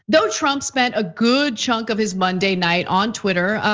though trump spent a good chunk of his monday night on twitter,